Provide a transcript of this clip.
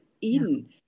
Eden